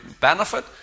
benefit